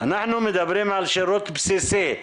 אנחנו מדברים על שירות בסיסי.